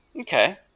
Okay